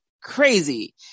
Crazy